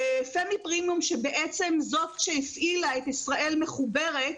פמי פרימיום זאת שהפעילה את "ישראל מחוברת",